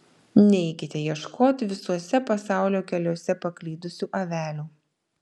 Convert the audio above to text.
neikite ieškoti visuose pasaulio keliuose paklydusių avelių